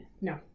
No